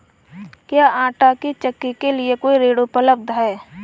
क्या आंटा चक्की के लिए कोई ऋण उपलब्ध है?